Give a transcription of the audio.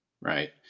Right